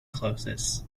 closes